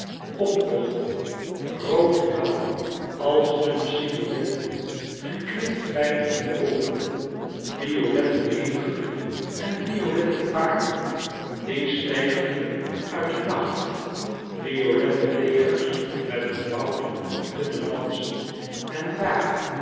optochten rood blauw als dunne silhouetten geknipt fijn in de wolken violette menigte en violette paarden die steigerden uit den nacht violette legers met een woud van dunne lansen en dàar